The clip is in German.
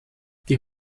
die